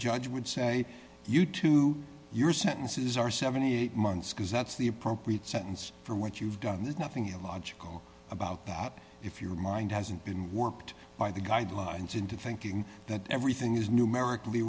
judge would say you to your sentences are seventy eight months because that's the appropriate sentence for what you've done there's nothing illogical about that if your mind hasn't been warped by the guidelines into thinking that everything is numerically